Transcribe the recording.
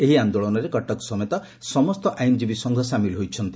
ଏହି ଆନ୍ଦୋଳନରେ କଟକ ସମସ୍ତ ଆଇନଜୀବୀ ସଂଘ ସାମିଲ୍ ହୋଇଛନ୍ତି